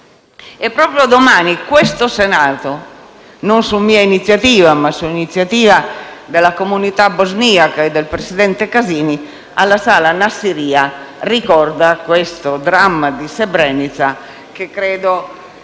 E proprio domani questo Senato, non su mia iniziativa ma su iniziativa della comunità bosniaca e del presidente Casini, nella sala Nassirya ricorda il dramma di Srebrenica che, credo,